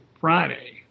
Friday